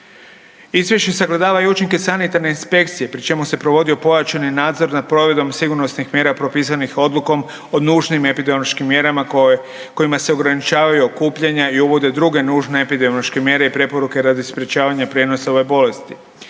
Izvješće sagledava i učinke sanitarne inspekcije pri čemu se provodio pojačani nadzor nad provedbom sigurnosnih mjera propisanih odlukom o nužnim epidemiološkim mjerama kojima sa ograničavaju okupljanja i uvode druge nužne epidemiološke mjere i preporuke radi sprječavanja prijenosa ove bolesti.